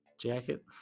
jacket